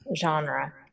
genre